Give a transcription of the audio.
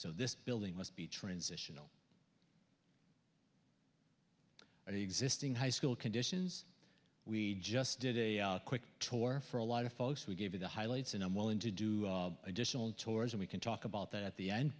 so this building must be transitional and existing high school conditions we just did a quick tour for a lot of folks who gave you the highlights and i'm willing to do additional tours and we can talk about that at the end